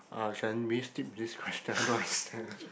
uh can we skip this question I don't understand actually